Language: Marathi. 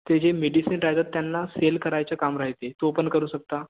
ते जे मेडिसीन राहतात त्यांना सेल करायचं काम राहते तो पण करू शकता